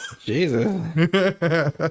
Jesus